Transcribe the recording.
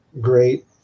great